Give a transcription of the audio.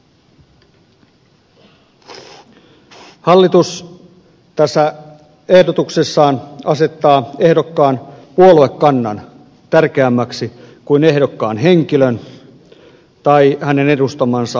hallitus tässä ehdotuksessaan asettaa ehdokkaan puoluekannan tärkeämmäksi kuin ehdokkaan henkilön tai hänen edustamansa alueen